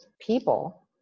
people